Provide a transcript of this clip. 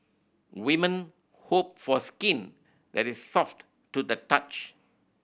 women hope for skin that is soft to the touch